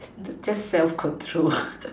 just self control